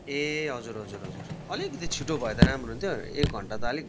ए हजुर हजुर हजुर अलिकति छिटो भए त राम्रो हुन्थ्यो एक घन्टा त अलिक